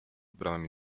bramami